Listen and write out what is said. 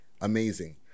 amazing